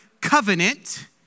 covenant